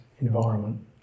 environment